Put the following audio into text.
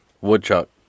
woodchuck